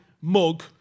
mug